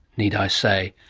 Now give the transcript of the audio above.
need i say.